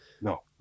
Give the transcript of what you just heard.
no